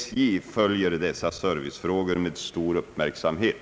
SJ följer dessa servicefrågor med stor uppmärksamhet.